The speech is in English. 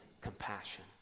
Compassion